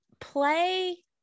play